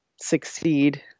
succeed